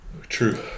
True